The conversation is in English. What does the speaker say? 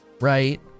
right